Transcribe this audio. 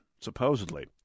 supposedly